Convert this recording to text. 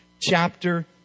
chapter